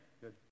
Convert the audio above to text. Good